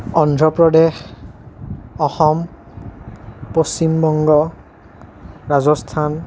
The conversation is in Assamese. অন্ধপ্ৰদেশ অসম পশ্চিমবংগ ৰাজস্থান